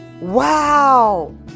Wow